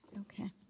Okay